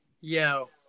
Yo